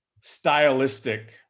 stylistic